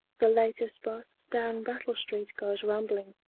the latest bus down brattle street goes rumbling.